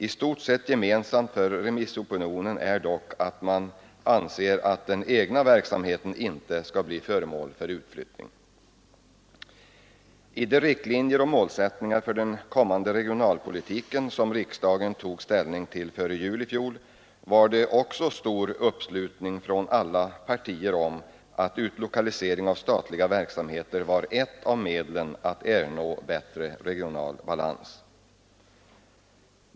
I stort sett gemensamt för remissopinionen är dock att man anser att den egna verksamheten inte skall bli föremål för utflyttning. I de riktlinjer och målsättningar för den kommande regionalpolitiken som riksdagen tog ställning till före jul i fjol var det också stor uppslutning från alla partier kring att utlokalisering av statliga verksamheter var ett av medlen att ernå bättre regional balans.